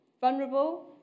Vulnerable